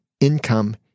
income